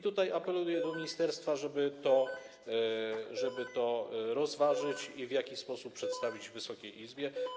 Tutaj apeluję do ministerstwa, żeby to rozważyć i to, w jaki sposób przedstawić to Wysokiej Izbie.